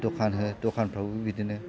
दखान हो दखानफ्राबो बिदिनो